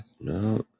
No